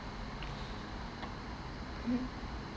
mm